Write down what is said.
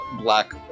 black